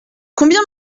combien